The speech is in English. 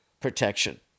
protection